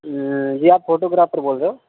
جی آپ فوٹوگرافر بول رہے ہو